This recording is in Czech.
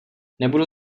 nebudu